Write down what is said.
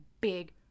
big